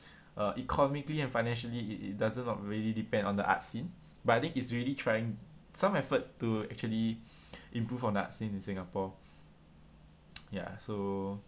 uh economically and financially it it does not really depend on the art scene but I think it's really trying some effort to actually improve on the art scene in singapore ya so